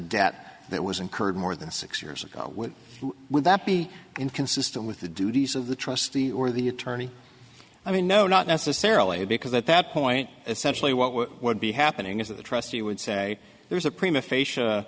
debt that was incurred more than six years ago would that be inconsistent with the duties of the trustee or the attorney i mean no not necessarily because at that point essentially what would be happening is that the trustee would say there's a